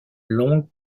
longue